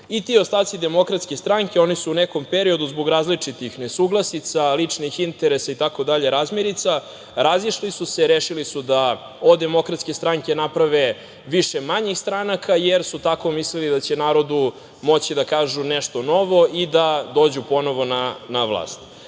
Ti ostaci Demokratske stranke su u nekom periodu zbog različitih nesuglasica, ličnih interesa itd, razmirica, razišli su se i rešili su da od DS naprave više manjih stranaka, jer su tako mislili da će narodu moći da kažu nešto novo i da dođu ponovo na